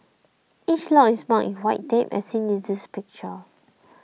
each lot is marked in white tape as seen in this picture